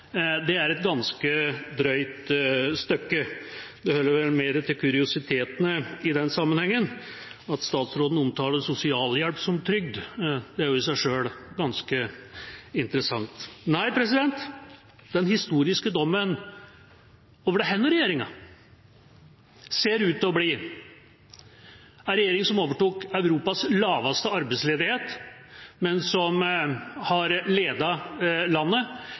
det, er ganske drøyt. Det hører vel med til kuriositeten i den sammenheng at statsråden omtaler sosialhjelp som trygd. Det er i seg selv ganske interessant. Nei, den historiske dommen over denne regjeringa ser ut til å bli: En regjering som overtok Europas laveste arbeidsledighet, men som ledet landet